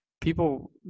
people